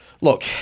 look